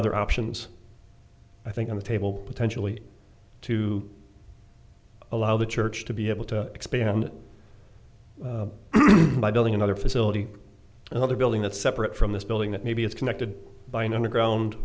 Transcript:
other options i think on the table potentially to allow the church to be able to expand by building another facility another building that's separate from this building that maybe it's connected by an underground